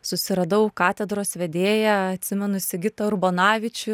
susiradau katedros vedėją atsimenu sigitą urbonavičių